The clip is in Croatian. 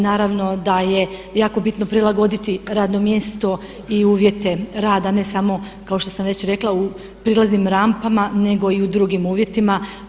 Naravno da je jako bitno prilagoditi radno mjesto i uvjete rada ne samo kao što sam već rekla u prilaznim rampama nego i u drugim uvjetima.